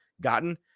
gotten